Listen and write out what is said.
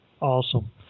Awesome